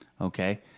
Okay